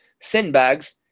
sandbags